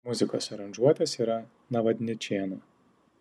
muzikos aranžuotės yra navadničėno